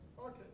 Okay